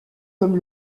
comme